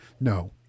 No